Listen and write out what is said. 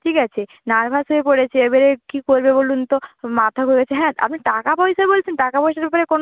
ঠিক আছে নার্ভাস হয়ে পড়েছে এবারে কী করবে বলুন তো মাথা ঘুরেছে হ্যাঁ আপনি টাকা পয়সা বলছেন টাকা পয়সার ব্যাপারে কোনো